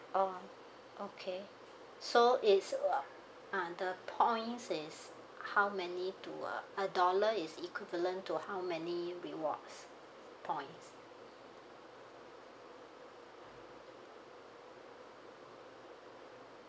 oh okay so it's uh ah the points is how many to uh a dollar is equivalent to how many rewards points